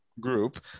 group